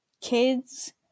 kids